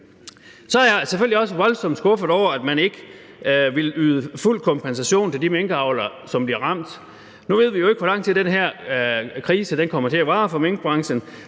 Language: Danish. er jeg selvfølgelig også voldsomt skuffet over, at man ikke vil yde fuld kompensation til de minkavlere, som bliver ramt. Nu ved vi ikke, hvor lang tid den her krise kommer til at vare for minkbranchen,